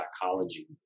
psychology